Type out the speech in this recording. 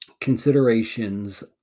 considerations